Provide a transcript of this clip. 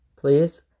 Please